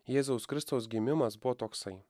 jėzaus kristaus gimimas buvo toksai